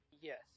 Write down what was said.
Yes